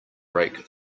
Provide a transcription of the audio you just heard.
break